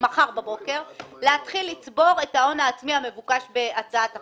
ממחר בבוקר להתחיל לצבור את ההון העצמי המבוקש בהצעת החוק.